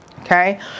okay